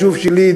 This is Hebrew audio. היישוב שלי,